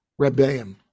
Rebbeim